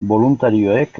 boluntarioek